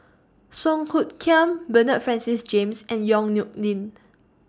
Song Hoot Kiam Bernard Francis James and Yong Nyuk Lin